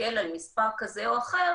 להסתכל על מספר כזה או אחר